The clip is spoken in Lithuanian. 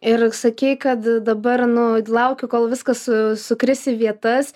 ir sakei kad dabar nu lauki kol viskas su sukris į vietas